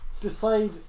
decide